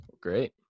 Great